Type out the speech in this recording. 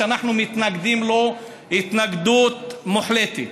ואנחנו מתנגדים לזה התנגדות מוחלטת.